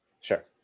Sure